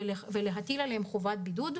ולהטיל על החוזרים מהן חובת בידוד,